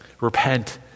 repent